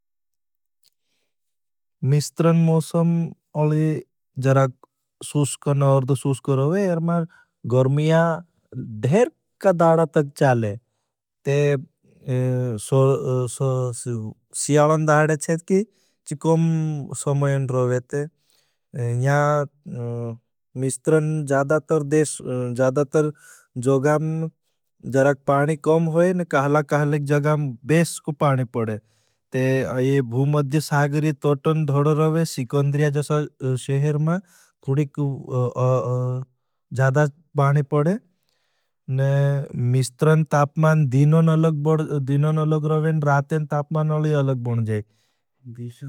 मिष्ट्रन मोसं अली जराग सूषको न और दो सूषको रोगे, यरमार गर्मिया धेरका दारा तक चाले। ते सियालन दाहरे छेत की चि कौम समयन रोगे। या मिष्ट्रन जादातर जोगाम जराग पाणी कौम होई न कहला कहले जगाम बेशको पाणी पड़े। मिष्ट्रन तापमान दिनों अलग रोगे न रातें तापमान अलग बोन जाए।